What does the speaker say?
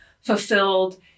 fulfilled